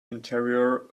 interior